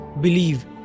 believe